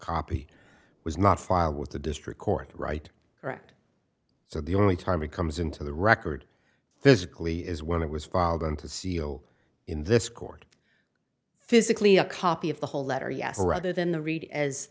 copy was not filed with the district court right correct so the only time it comes into the record physically is when it was filed on to seal in this court physically a copy of the whole letter yes rather than the read as